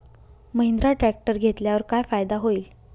Mahindra tractor घेतल्यावर काय फायदा होईल?